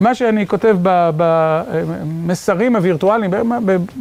מה שאני כותב במסרים הווירטואליים